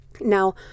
Now